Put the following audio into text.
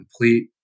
complete